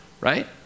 right